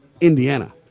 Indiana